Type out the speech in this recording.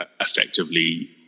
effectively